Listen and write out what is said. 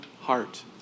heart